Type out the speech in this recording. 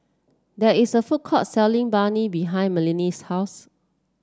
there is a food court selling Banh Mi behind Malissie's house